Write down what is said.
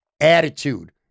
attitude